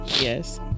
Yes